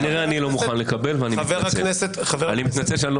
כנראה אני לא מוכן לקבל ואני מתנצל שאני לא